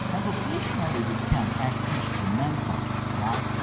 and occasionally we can act instrumentally. right?